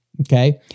Okay